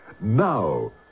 Now